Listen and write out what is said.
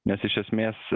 nes iš esmės